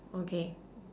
okay